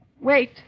Wait